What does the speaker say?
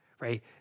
right